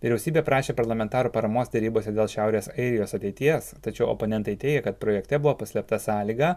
vyriausybė prašė parlamentarų paramos derybose dėl šiaurės airijos ateities tačiau oponentai teigia kad projekte buvo paslėpta sąlyga